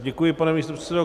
Děkuji, pane místopředsedo.